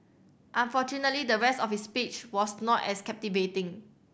unfortunately the rest of his speech was not as captivating